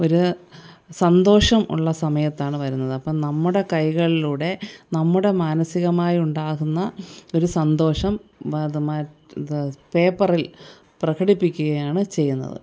ഒരു സന്തോഷം ഉള്ള സമയത്താണ് വരുന്നത് അപ്പോൾ നമ്മുടെ കൈകളിലൂടെ നമ്മുടെ മാനസികമായി ഉണ്ടാകുന്ന ഒരു സന്തോഷം പേപ്പറിൽ പ്രകടിപ്പിക്കുകയാണ് ചെയ്യുന്നത്